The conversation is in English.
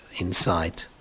inside